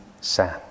sand